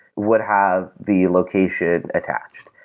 would have the location attacked.